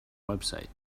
website